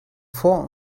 vor